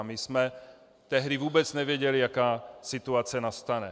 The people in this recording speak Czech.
My jsme tehdy vůbec nevěděli, jaká situace nastane.